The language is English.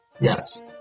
yes